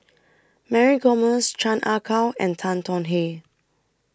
Mary Gomes Chan Ah Kow and Tan Tong Hye